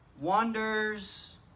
wonders